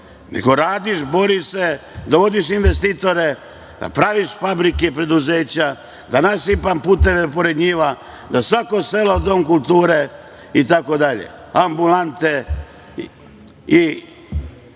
nego radiš, boriš se, dovodiš investitore, praviš fabrike, preduzeća, da nasipam puteve pored njiva, da svako selo ima dom kulture itd. ambulante. Kada